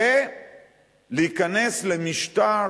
ולהיכנס למשטר